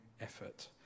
effort